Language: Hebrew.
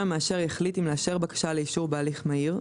המאשר יחליט אם לאשר בקשה לאישור בהליך מהיר,